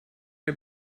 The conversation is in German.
der